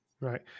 Right